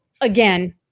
again